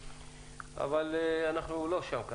אבל אנחנו לא שם.